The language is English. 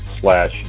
slash